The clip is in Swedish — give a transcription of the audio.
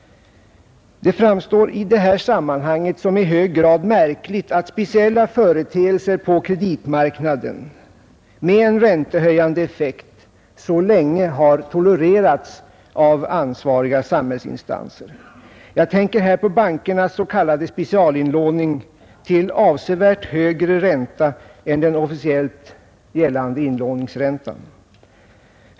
Det framstår i detta sammanhang som i hög grad märkligt att speciella företeelser på kreditmarknaden med en räntehöjande effekt så länge har tolererats av ansvariga samhällsinstanser. Jag tänker här på bankernas s.k. specialinlåning till avsevärt högre ränta än den officiellt gällande inlåningsräntan.